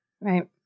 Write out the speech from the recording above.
Right